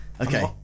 Okay